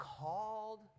called